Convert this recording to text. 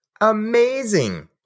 Amazing